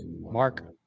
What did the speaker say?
Mark